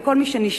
וכל מי שנשאל,